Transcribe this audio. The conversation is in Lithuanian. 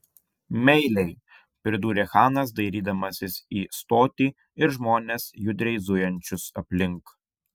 meiliai pridūrė chanas dairydamasis į stotį ir žmones judriai zujančius aplink